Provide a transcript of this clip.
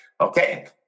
okay